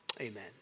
amen